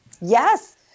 Yes